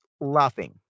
laughing